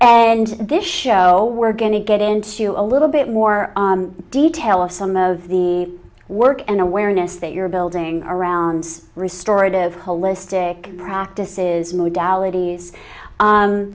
and this show we're going to get into a little bit more detail of some of the work and awareness that you're building around restored of holistic practices